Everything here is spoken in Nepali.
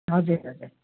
हजुर हजुर